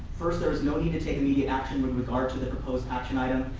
first there is no need to take immediate action with regard to the proposed action item.